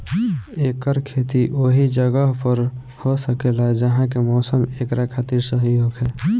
एकर खेती ओहि जगह पर हो सकेला जहा के मौसम एकरा खातिर सही होखे